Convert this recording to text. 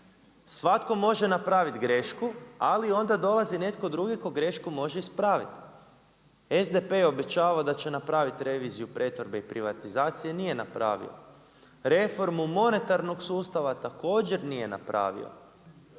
svatko može napraviti grešku ali onda dolazi ne tko drugi tko grešku može ispraviti. SDP je obećavao da će napraviti reviziju pretvorbe i privatizacije, nije napravio, reformu monetarnog sustava također nije napravio.